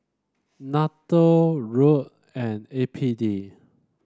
NATO ROD and A P D